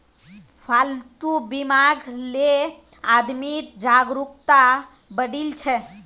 पालतू बीमाक ले आदमीत जागरूकता बढ़ील छ